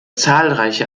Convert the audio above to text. zahlreiche